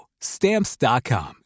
stamps.com